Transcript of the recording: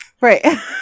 Right